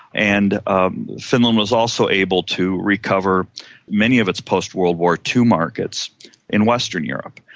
and um finland was also able to recover many of its post-world war two markets in western europe.